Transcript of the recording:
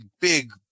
big